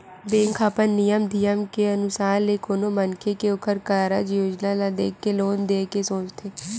bank ह अपन नियम धियम के अनुसार ले कोनो मनखे के ओखर कारज योजना ल देख के लोन देय के सोचथे